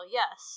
yes